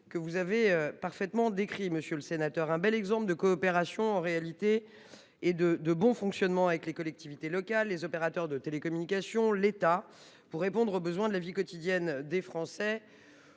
que vous avez parfaitement décrit, monsieur le sénateur : un bel exemple de coopération et de bon fonctionnement avec les collectivités locales, les opérateurs de télécommunications et l’État pour répondre aux besoins de la vie quotidienne des Français